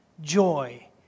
joy